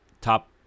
top